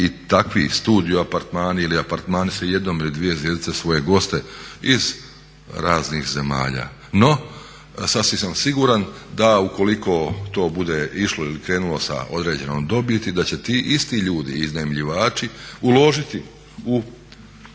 i takvi studio apartmani ili apartmani sa jednom ili dvije zvjezdice svoje goste iz raznih zemalja. No, sasvim sam siguran da ukoliko to bude išlo ili krenulo sa određenom dobiti da će ti isti ljudi iznajmljivači uložiti u